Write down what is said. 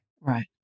Right